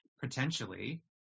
potentially